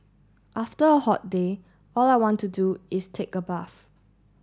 after a hot day all I want to do is take a bath